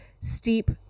steep